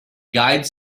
guides